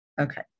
Okay